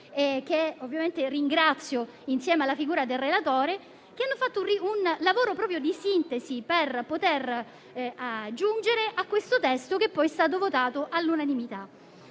che ovviamente ringrazio insieme alla figura del relatore, che ha fatto un lavoro di sintesi per poter giungere a questo testo, poi votato all'unanimità.